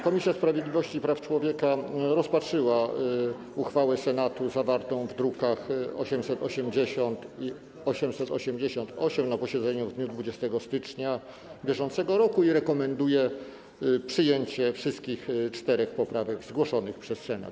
Komisja Sprawiedliwości i Praw Człowieka rozpatrzyła uchwałę Senatu zawartą w drukach nr 880 i 888 na posiedzeniu w dniu 20 stycznia br. i rekomenduje przyjęcie wszystkich czterech poprawek zgłoszonych przez Senat.